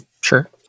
Sure